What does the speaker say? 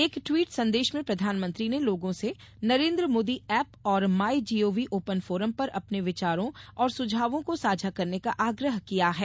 एक ट्वीट संदेश में प्रधानमंत्री ने लोगों से नरेन्द्र मोदी ऐप और my G O V open forum पर अपने विचारों और सुझावों को साझा करने का आग्रह किया है